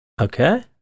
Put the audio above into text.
Okay